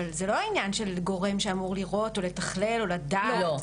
אבל זה לא עניין של גורם שאמור לראות או לתכלל או לדעת --- לא.